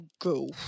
Go